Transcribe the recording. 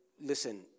listen